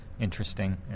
interesting